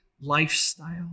lifestyle